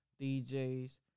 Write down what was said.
DJs